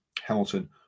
Hamilton